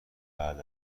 بعد